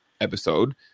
episode